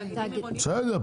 תאגידים עירוניים --- בסדר.